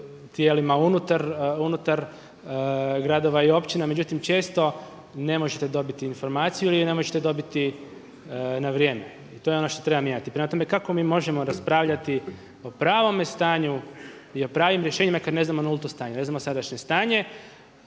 tijelima unutar gradova i općina. Međutim, često ne možete dobiti informaciju ili je ne možete dobiti na vrijeme. I to je ono što treba mijenjati. Prema tome, kako mi možemo raspravljati o pravome stanju i o pravim rješenjima kad ne znamo nulto stanje, ne znamo sadašnje stanje,